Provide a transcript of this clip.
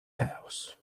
house